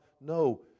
No